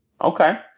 Okay